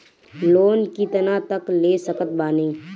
Loan कितना तक ले सकत बानी?